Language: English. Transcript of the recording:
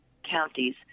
Counties